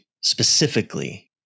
specifically